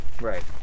Right